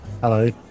hello